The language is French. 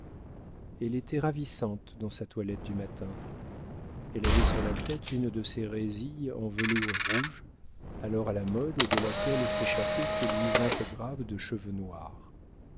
elle était ravissante dans sa toilette du matin elle avait sur la tête une de ces résilles en velours rouge alors à la mode et de laquelle s'échappaient ses luisantes grappes de cheveux noirs